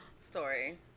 story